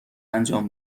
انجام